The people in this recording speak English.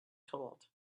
told